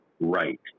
right